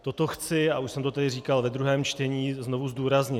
Toto chci, a už jsem to tady říkal ve druhém čtení, znovu zdůraznit.